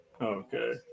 Okay